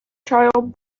child